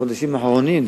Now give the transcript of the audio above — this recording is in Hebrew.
החודשים האחרונים.